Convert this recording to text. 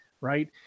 right